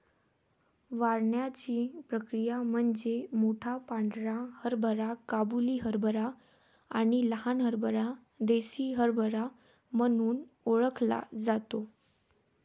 वाढण्याची प्रक्रिया म्हणजे मोठा पांढरा हरभरा काबुली हरभरा आणि लहान हरभरा देसी हरभरा म्हणून ओळखला जातो